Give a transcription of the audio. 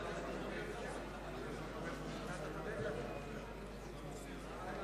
תוצאות ההצבעה על הצעת החוק מטעם חבר הכנסת אריה אלדד: 18 בעד,